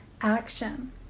action